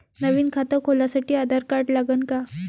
नवीन खात खोलासाठी आधार कार्ड लागन का?